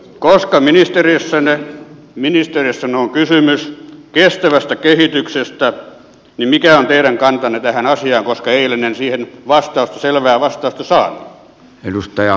koska ministeriössänne on kysymys kestävästä kehityksestä niin mikä on teidän kantanne tähän asiaan koska eilen en siihen selvää vastausta saanut